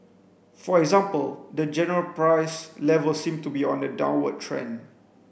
for example the general price level seem to be on a downward trend